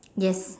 yes